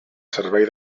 servei